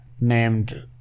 named